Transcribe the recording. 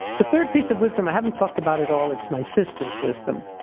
the third piece of wisdom i haven't talked about at all, it's my sister's wisdom.